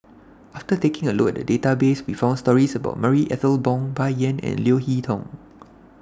after taking A Look At The Database We found stories about Marie Ethel Bong Bai Yan and Leo Hee Tong